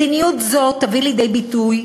מדיניות זו תביא לידי ביטוי,